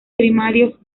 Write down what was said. primarios